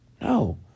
No